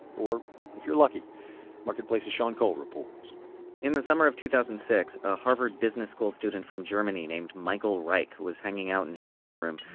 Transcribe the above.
or if you're lucky marketplace's sean cole reports in the summer of two thousand and six, a harvard business school student from germany named michael reich was hanging out in his dorm room.